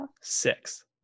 six